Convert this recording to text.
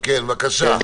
בבקשה.